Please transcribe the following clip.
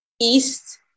east